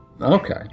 Okay